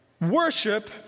worship